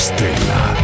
Stella